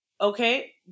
Okay